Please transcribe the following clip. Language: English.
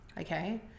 okay